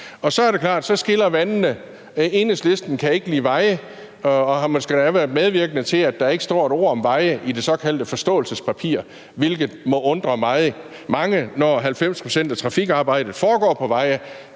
Så er det klart, at så skiller vandene. Enhedslisten kan ikke lide veje og har måske endda været medvirkende til, at der ikke står et ord om veje i det såkaldte forståelsespapir, hvilket må undre mange, når 90 pct. af trafikarbejdet foregår på veje,